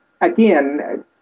again